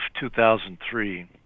2003